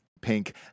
pink